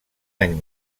any